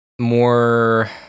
more